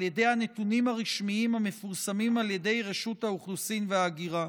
על ידי הנתונים הרשמיים המפורסמים על ידי רשות האוכלוסין וההגירה.